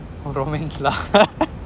romance lah